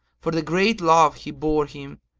for the great love he bore him,